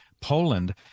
Poland